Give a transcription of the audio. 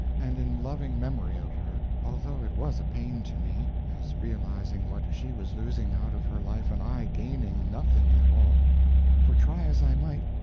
and in loving memory of her, although it was a pain to me, as realizing what she was losing out of her life and i gaining nothing at all for try as i might,